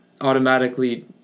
automatically